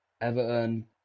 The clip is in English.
Everton